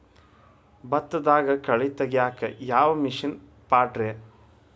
ಭತ್ತದಾಗ ಕಳೆ ತೆಗಿಯಾಕ ಯಾವ ಮಿಷನ್ ಪಾಡ್ರೇ?